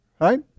Right